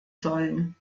sollen